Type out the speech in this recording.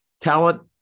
Talent